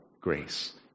grace